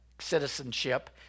citizenship